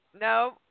No